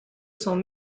sont